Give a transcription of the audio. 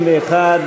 61,